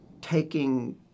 taking